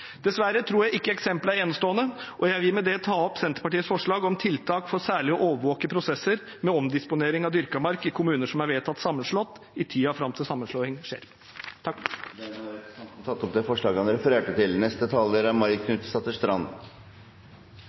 Dessverre tror jeg ikke eksempelet er enestående. Jeg vil med dette ta opp Senterpartiets forslag om tiltak for særlig å overvåke prosesser med omdisponering av dyrka mark i kommuner som er vedtatt sammenslått, i tiden fram til sammenslåingen skjer. Dermed har representanten Ole André Myhrvold tatt opp forslaget han refererte til. Jordvern og beredskapslagring av korn er